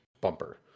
bumper